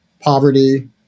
poverty